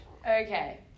okay